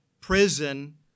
prison